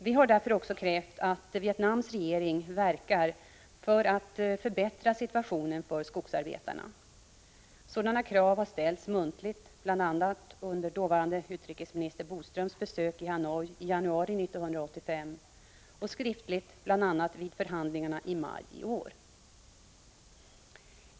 Vi har därför också krävt att Vietnams regering verkar för att förbättra situationen för skogsarbetarna. Sådana krav har ställts muntligt bl.a. under dåvarande utrikesminister Bodströms besök i Hanoi i januari 1985 och skriftligt bl.a. vid förhandlingarna i maj i år.